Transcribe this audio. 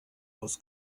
aus